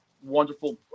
wonderful